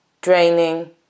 draining